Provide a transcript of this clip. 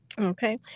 Okay